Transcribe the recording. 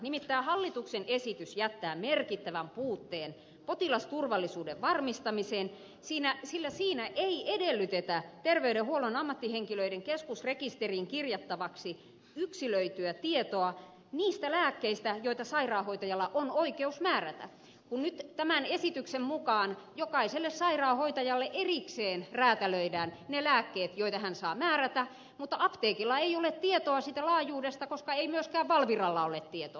nimittäin hallituksen esitys jättää merkittävän puutteen potilasturvallisuuden varmistamiseen sillä siinä ei edellytetä terveydenhuollon ammattihenkilöiden keskusrekisteriin kirjattavaksi yksilöityä tietoa niistä lääkkeistä joita sairaanhoitajalla on oikeus määrätä kun nyt tämän esityksen mukaan jokaiselle sairaanhoitajalle erikseen räätälöidään ne lääkkeet joita hän saa määrätä mutta apteekilla ei ole tietoa siitä laajuudesta koska ei myöskään valviralla ole tietoa